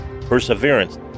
perseverance